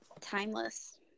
Timeless